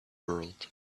world